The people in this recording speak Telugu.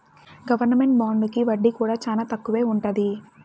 గవర్నమెంట్ బాండుకి వడ్డీ కూడా చానా తక్కువే ఉంటది